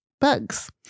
bugs